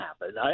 happen